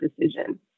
decision